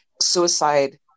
suicide